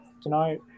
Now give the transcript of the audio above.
tonight